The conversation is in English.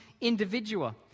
individual